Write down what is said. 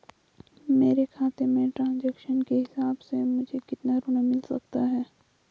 मेरे खाते के ट्रान्ज़ैक्शन के हिसाब से मुझे कितना ऋण मिल सकता है?